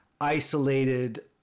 isolated